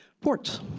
ports